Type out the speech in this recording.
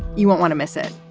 you won't want to miss it.